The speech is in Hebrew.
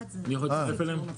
הוא לא מצביע.